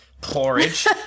porridge